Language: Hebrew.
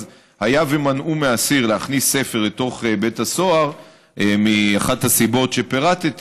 אז היה ומנעו מאסיר להכניס ספר לתוך בית הסוהר מאחת הסיבות שפירטתי,